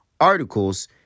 articles